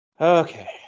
Okay